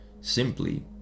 simply